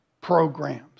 programs